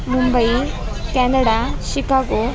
Mumbai Canada Chicago